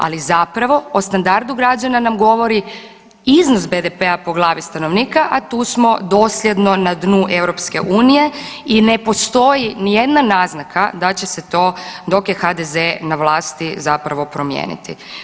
Ali zapravo o standardu građana nam govori iznos BDP-a po glavi stanovnika, a tu smo dosljedno na dnu EU i ne postoji ni jedna naznaka da će se to dok je HDZ na vlasti zapravo promijeniti.